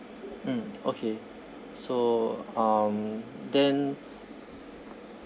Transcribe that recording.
mm okay so um then